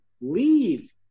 leave